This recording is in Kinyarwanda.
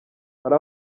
hari